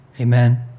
Amen